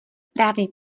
správný